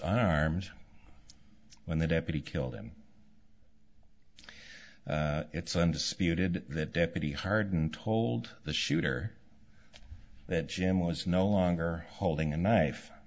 arms when the deputy killed him it's under spirited that deputy harden told the shooter that jim was no longer holding a knife